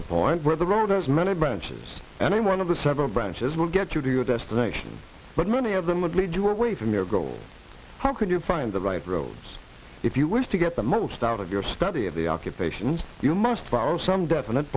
the point where the road as many branches and one of the several branches will get you to your destination but many of them would lead you away from your goal how could you find the right roads if you wish to get the most out of your study of the occupations you must borrow some definite